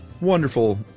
wonderful